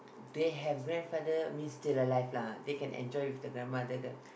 they have grandfather means still alive lah they can enjoy with the grandmother the